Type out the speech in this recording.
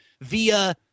via